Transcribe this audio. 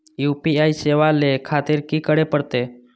UPI सेवा ले खातिर की करे परते?